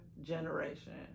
generation